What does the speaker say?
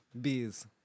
Bees